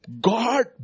God